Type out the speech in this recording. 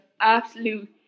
absolute